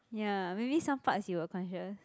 ya maybe some parts you were conscious